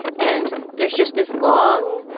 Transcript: and there's just this long,